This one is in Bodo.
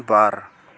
बार